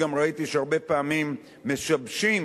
ראיתי שהרבה פעמים משבשים